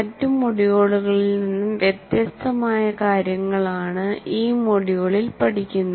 മറ്റു മൊഡ്യൂളുകളിൽ നിന്നും വ്യത്യസ്തമായ കാര്യങ്ങൾ ആണ് ഈ മൊഡ്യൂളിൽ പഠിക്കുന്നത്